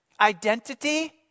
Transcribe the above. Identity